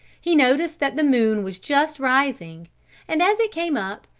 he noticed that the moon was just rising and as it came up,